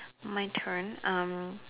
my turn um